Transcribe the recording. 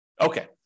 Okay